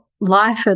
life